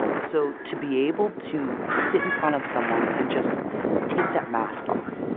so to be able to sit in front of someone and just take that mask off,